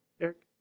Eric